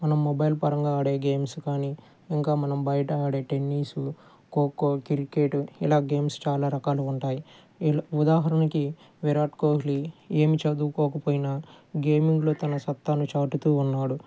మనం మొబైల్ పరంగా ఆడే గేమ్స్ కానీ ఇంకా మనం బయట ఆడే టెన్నీసు ఖోఖో క్రికెటు ఇలా చాలా రకాలు ఉంటాయి వి ఉదాహరణకి విరాట్ కోహ్లి ఏమి చదువుకోకపోయినా గేమింగ్లో తన సత్తాను చాటుతూ ఉన్నాడు